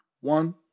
one